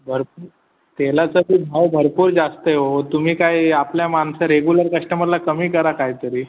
भरपूर तेलाचं बी भाव भरपूर जास्त आहे ओ तुम्ही काय आपल्या माणसा रेगुलर कश्टमरला कमी करा काहीतरी